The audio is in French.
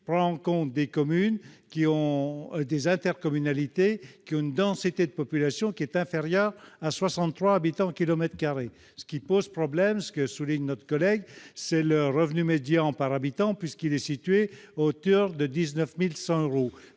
prend en compte des intercommunalités qui ont une densité de population inférieure à 63 habitants au kilomètre carré. Ce qui pose problème, comme le souligne notre collègue, c'est le revenu médian par habitant, puisqu'il est situé autour de 19 100 euros.